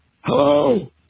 Hello